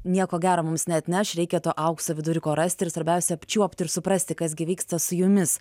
nieko gero mums neatneš reikia to aukso viduriuko rasti ir svarbiausia apčiuopti ir suprasti kas gi vyksta su jumis